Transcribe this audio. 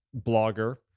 blogger